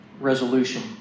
resolution